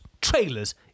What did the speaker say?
Trailers